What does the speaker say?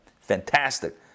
Fantastic